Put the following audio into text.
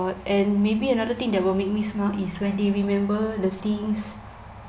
and maybe another thing that will make me smile is when they remember the things